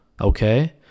okay